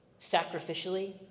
sacrificially